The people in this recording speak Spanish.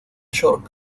york